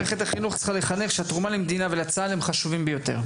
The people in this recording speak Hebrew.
מערכת החינוך צריכה לחנך שהתרומה למדינה וצה"ל הם חשובים ביותר.